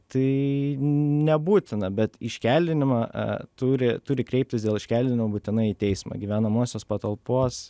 tai nebūtina bet iškeldinimą turi turi kreiptis dėl iškeldinimo būtinai į teismą gyvenamosios patalpos